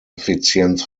effizienz